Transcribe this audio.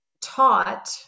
taught